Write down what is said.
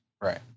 Right